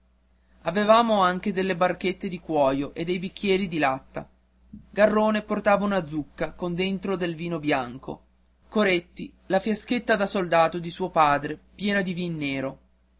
avevamo anche delle barchette di cuoio e dei bicchieri di latta garrone portava una zucca con dentro del vino bianco coretti la fiaschetta da soldato di suo padre piena di vino nero